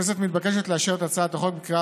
הכנסת מתבקשת לאשר את הצעת החוק בקריאה